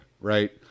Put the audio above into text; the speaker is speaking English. right